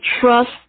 trust